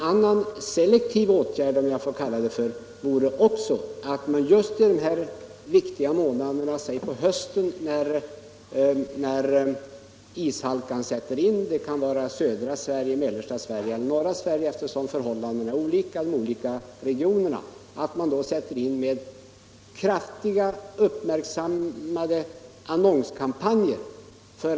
Och en selektiv åtgärd, om jag får kalla den så, vore att just under de viktiga höstmånaderna liksom under våren när ishalkan sätter in — vilket sker på litet olika tider i södra, mellersta och norra Sverige, eftersom förhållandena är skiftande i olika regioner — genom kraftiga annonskampanjer göra trafikanterna uppmärksamma på trafikriskerna.